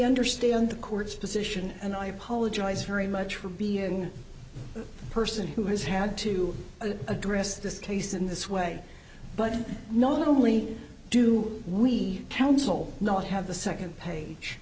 understand the court's decision and i apologize for a much for being a person who has had to address this case in this way but not only do we counsel not have the second page